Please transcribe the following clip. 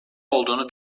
olduğunu